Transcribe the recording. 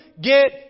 get